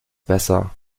besser